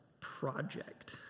project